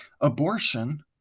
Abortion